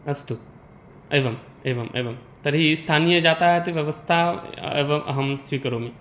अस्तु एवम् एवम् एवं तर्हि स्थानीययातायातव्यवस्था एव अहं स्वीकरोमि